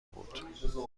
بود